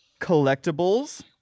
collectibles